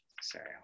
Sorry